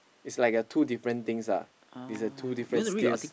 it's like a two different things lah it's a two different skills